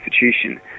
institution